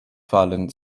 fallen